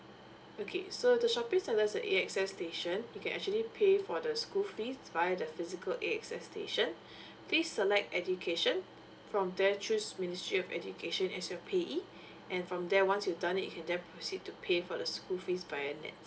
okay so the shopping center has an AXS station you can actually pay for the school fees via the physical AXS station please select education from there choose ministry of education as your payee and from there once you done it you can then proceed to pay for the school fees via N_E_T_S